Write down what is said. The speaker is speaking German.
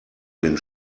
den